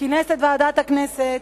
כינס את ועדת הכנסת